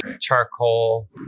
charcoal